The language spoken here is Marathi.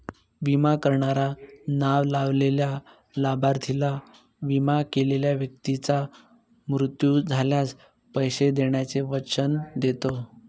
विमा करणारा नाव लावलेल्या लाभार्थीला, विमा केलेल्या व्यक्तीचा मृत्यू झाल्यास, पैसे देण्याचे वचन देतो